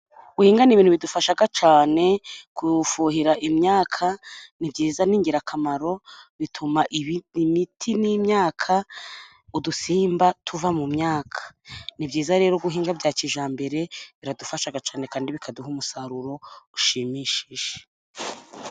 Guhinga ni ibintu bidufasha cyane, gufuhira imyaka ni byiza kandi ni ingirakamaro, bituma imiti n'imyaka, udusimba tuva mu myaka. Ni byiza rero guhinga bya kijyambere biradufasha cyane kandi bikaduha umusaruro ushimishije.